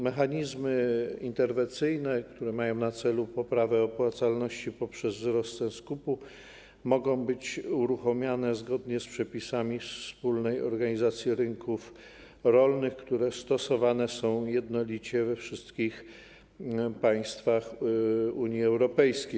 Mechanizmy interwencyjne, które mają na celu poprawę opłacalności poprzez wzrost cen skupu, mogą być uruchamiane zgodnie z przepisami wspólnej organizacji rynków rolnych, które stosowane są jednolicie we wszystkich państwach Unii Europejskiej.